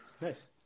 Nice